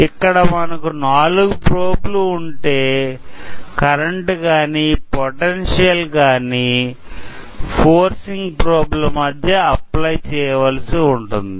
ఇక్కడ మనకు నాలుగు ప్రోబ్లు ఉంటే కరెంటు కానీ పొటెన్షియల్ కానీ ఫోర్సింగ్ ప్రోబ్ల మధ్య అప్లై చేయవలసి ఉంటుంది